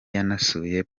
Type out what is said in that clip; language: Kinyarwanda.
yanasuye